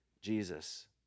Jesus